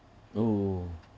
oh